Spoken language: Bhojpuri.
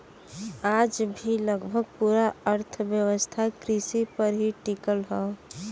आज भी लगभग पूरा अर्थव्यवस्था कृषि पर ही टिकल हव